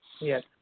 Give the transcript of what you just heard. yes